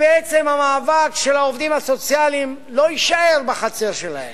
המאבק של העובדים הסוציאליים בעצם לא יישאר בחצר שלהם.